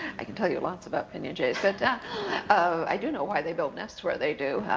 i can tell you lots about pinyon jays. but yeah ah i do know why they build nests where they do.